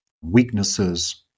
weaknesses